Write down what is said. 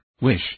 wish